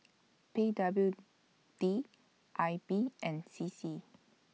P W D I B and C C